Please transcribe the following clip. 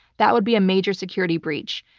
that would be a major security breach.